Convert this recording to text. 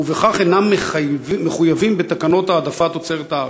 ובכך אינם מחויבים בתקנות העדפת תוצרת הארץ.